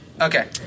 Okay